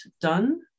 done